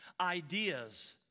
ideas